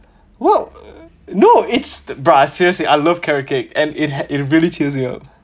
well no it's bruh seriously I love carrot cake and it it really cheers me up